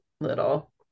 little